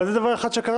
אבל זה דבר אחד שקרה.